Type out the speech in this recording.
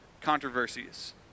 controversies